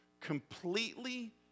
completely